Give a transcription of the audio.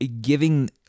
giving